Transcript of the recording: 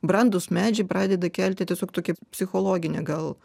brandūs medžiai pradeda kelti tiesiog tokią psichologinę gal